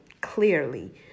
clearly